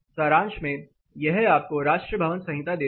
सारांश में यह आपको राष्ट्रीय भवन संहिता देती है